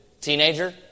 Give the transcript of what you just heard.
Teenager